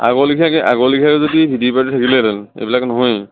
আগৰ লেখিয়াকে আগৰ লেখিয়াকে যদি দিব ধৰিলে হেঁতেন এইবিলাক নহয়ে